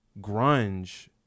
grunge